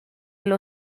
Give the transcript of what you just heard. los